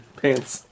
pants